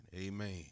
amen